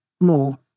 more